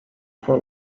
for